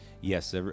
Yes